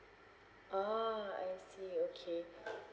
oh I see okay